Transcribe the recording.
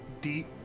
deep